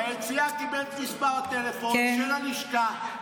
ביציאה הוא קיבל את מספר הטלפון של הלשכה,